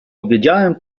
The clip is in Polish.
powiedziałem